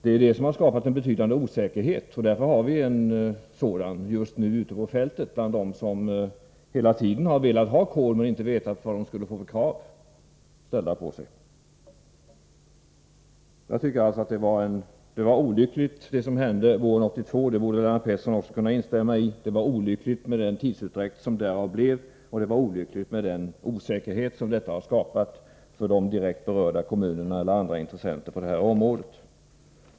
Det är det som har skapat en så betydande osäkerhet, som just nu råder ute på fältet bland dem som hela tiden har velat ha kol men inte vetat vilka krav som skulle komma att ställas. Det som hände våren 1982 var alltså olyckligt, och det borde Lennart Pettersson också kunna instämma i. Det var olyckligt med den tidsutdräkt som följde och den osäkerhet som detta har skapat för de direkt berörda kommunerna eller andra intressenter på detta område.